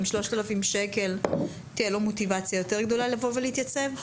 או 3,000 שקל תהיה לו מוטיבציה גדולה יותר להתייצב?